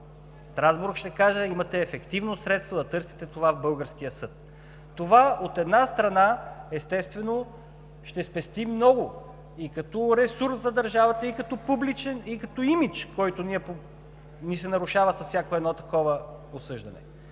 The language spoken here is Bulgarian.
Страсбург ще каже: „Имате ефективно средство да търсите това в българския съд“. Това, от една страна, естествено, ще спести много ресурс за държавата – и като публичен, и като имидж, който ни се нарушава с всяко едно такова осъждане.